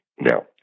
Now